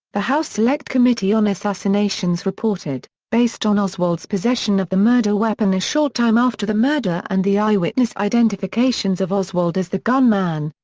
the house select committee on assassinations reported based on oswald's possession of the murder weapon a short time after the murder and the eyewitness identifications of oswald as the gunman,